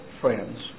friends